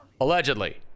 Allegedly